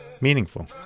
meaningful